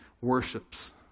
worships